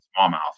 smallmouth